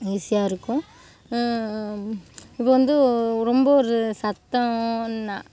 ஈஸியாக இருக்கும் இப்போ வந்து ரொம்ப ஒரு சத்தன்னால்